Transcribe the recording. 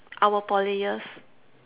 our Poly years